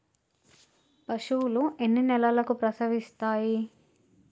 పశువులు ఎన్ని నెలలకు ప్రసవిస్తాయి?